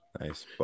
Nice